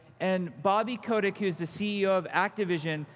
and bobby kotick, who's the ceo of activision,